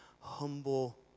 humble